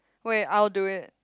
wait I'll do it